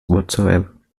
whatsoever